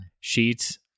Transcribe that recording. Sheets